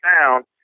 sound